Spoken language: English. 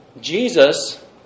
Jesus